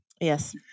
Yes